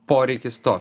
poreikis to